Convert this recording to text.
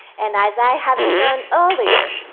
and as i have shown earlier,